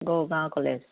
Gargaon college